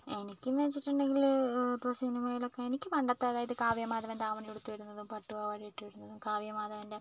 എനിക്കീന്നു വെച്ചിട്ടുണ്ടെങ്കിൽ ഇപ്പം സിനിമയിലൊക്കെ എനിക്ക് പണ്ടത്തെ അതായത് കാവ്യാമാധവൻ ദാവണിയുടുത്ത് വരുന്നതും പട്ടുപാവാടയിട്ട് കാവ്യാമാധവൻ്റെ